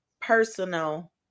personal